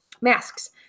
masks